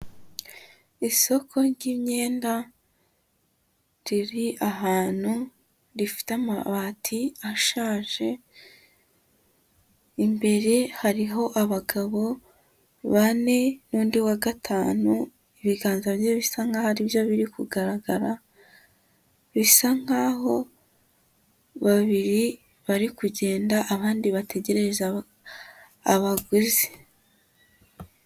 Isoko ry'imyenda riri ahantu rifite amabati ashaje, imbere hariho abagabo bane n'undi wa gatanu ibiganza bye bisa nkaho ari byo biri kugaragara, bisa nkaho babiri bari kugenda abandi bategereza abaguzi.